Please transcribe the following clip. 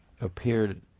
appeared